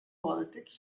politics